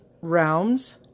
realms